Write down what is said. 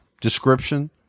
description